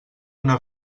una